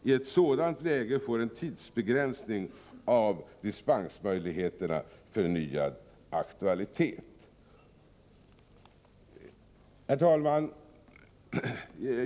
I ett sådant läge får en tidsbegränsning av dispensmöjligheterna förnyad aktualitet.” Herr talman!